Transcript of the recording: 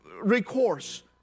recourse